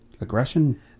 aggression